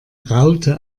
raute